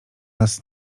nas